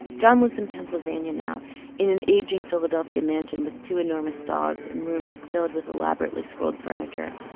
john lives in pennsylvania now in an ageing philadelphia mansion with two enormous dogs and rooms filled with elaborately scrolled furniture.